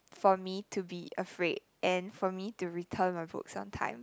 for me to be afraid and for me to return my books on time